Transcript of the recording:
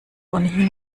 ohnehin